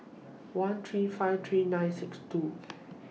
one three five three nine six two